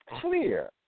clear